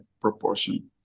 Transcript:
proportion